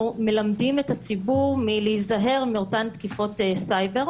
מלמדים את הציבור להיזהר מאותן תקיפות סייבר,